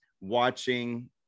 watching